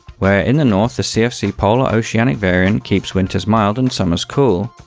where in the north the cfc polar oceanic variant keeps winters mild and summers cool,